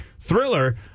Thriller